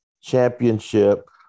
championship